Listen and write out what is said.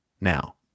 now